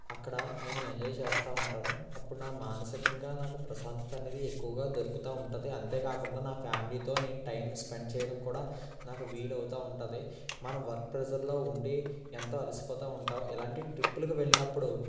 అక్కడ నేను ఎంజాయ్ చేస్తు ఉంటాను అప్పుడు నా మానసికంగా నాకు ప్రశాంతత అనేది ఎక్కువగా దొరుకుతూ ఉంటుంది అంతేకాకుండా నా ఫ్యామిలీతో నేను టైం స్పెండ్ చేయడం కూడా నాకు వీలవుతూ ఉంటుంది మనం వర్క్ ప్రెషర్లో ఉండి ఎంతో అలసిపోతూ ఉంటాం ఇలాంటి ట్రిప్పులకు వెళ్ళినప్పుడు